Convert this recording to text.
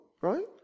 Right